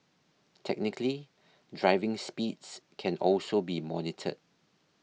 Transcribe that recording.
technically driving speeds can also be monitored